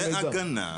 זה הגנה,